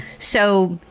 so,